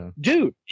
dude